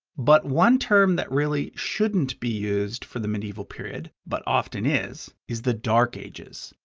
but one term that really shouldn't be used for the medieval period, but often is, is the dark ages.